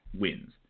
wins